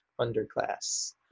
underclass